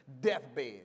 deathbed